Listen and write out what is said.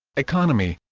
economy